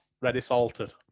ready-salted